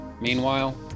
Meanwhile